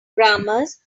grammars